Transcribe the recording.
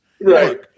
Right